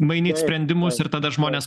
mainyt sprendimus ir tada žmonės